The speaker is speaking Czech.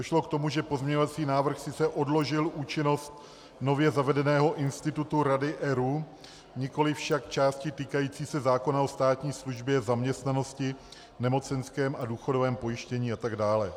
Došlo k tomu, že pozměňovací návrh sice odložil účinnost nově zavedeného institutu rady ERÚ, nikoliv však částí týkajících se zákona o státní službě, zaměstnanosti, nemocenském a důchodovém pojištění atd.